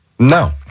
No